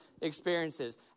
experiences